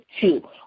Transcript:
two